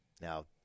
Now